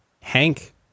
Hank